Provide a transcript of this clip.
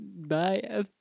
Bye